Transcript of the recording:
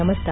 नमस्कार